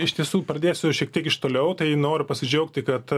iš tiesų pradėsiu šiek tiek iš toliau tai noriu pasidžiaugti kad